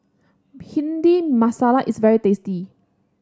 Bhindi Masala is very tasty